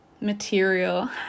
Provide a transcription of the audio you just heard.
material